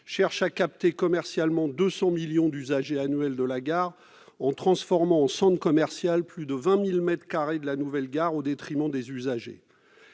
cherchent à capter commercialement 200 millions d'usagers annuels en transformant en centre commercial plus de 20 000 mètres carrés de la nouvelle gare au détriment des usagers.